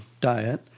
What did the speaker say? diet